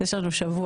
יש לנו שבוע,